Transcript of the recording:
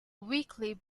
weekly